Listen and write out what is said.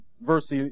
verse